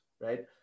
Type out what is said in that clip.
right